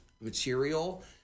material